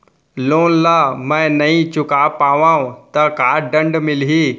Loan ला मैं नही चुका पाहव त का दण्ड मिलही?